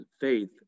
faith